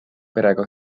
perega